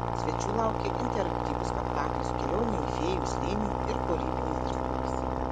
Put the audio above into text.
svečių laukė interaktyvus spektaklis kelionė į fėjų slėnį ir kūrybinės dirbtuvės